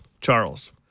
Charles